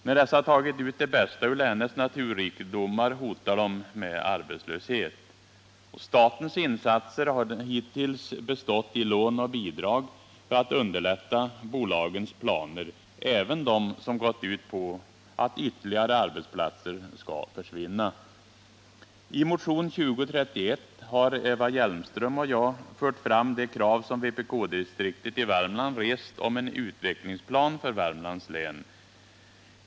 När dessa tagit ut det bästa ur länets naturrikedomar hotar de med arbetslöshet. Statens insatser har hittills bestått i lån och bidrag för att underlätta bolagens planer, även de som gått ut på att ytterligare arbetsplatser skall försvinna. I motionen 2031 har Eva Hjelmström och jag fört fram det krav som vpk-distriktet i Värmland rest på en utvecklingsplan för Värmlands län.